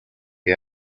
que